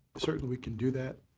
certainly we can do that.